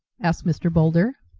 asked mr. boulder.